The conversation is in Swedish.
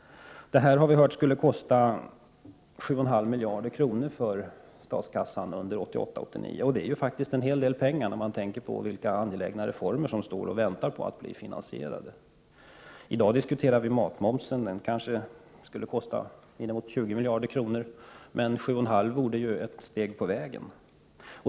Vi har hört att det här skulle kosta 7,5 miljarder kronor för statskassan under 1988/89. Det är faktiskt en hel del pengar med tanke på de angelägna reformer som väntar på att bli finansierade. I dag diskuterar vi matmomsen. Denna skulle kanske kosta inemot 20 miljarder kronor — men 7,5 miljarder vore också ett steg på vägen.